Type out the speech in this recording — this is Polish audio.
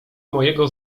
mojego